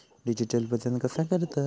Digital वजन कसा करतत?